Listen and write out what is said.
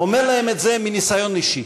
אומר להם את זה מניסיון אישי.